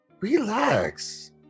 relax